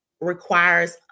requires